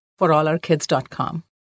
forallourkids.com